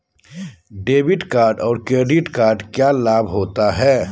Debit card और credit card क्या लाभ होता है?